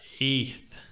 Eighth